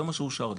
זה מה שאושר לי.